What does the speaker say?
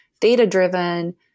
data-driven